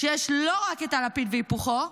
שיש לא רק את הלפיד והיפוכו,